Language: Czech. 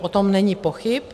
O tom není pochyb.